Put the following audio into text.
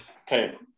Okay